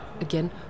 again